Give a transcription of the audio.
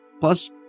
Plus